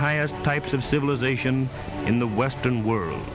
highest types of civilization in the western world